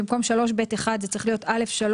במקום (3)(ב)(1) זה צריך להיות (א3)(1).